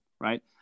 right